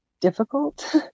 difficult